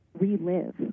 relive